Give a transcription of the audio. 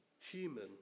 human